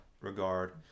regard